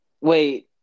Wait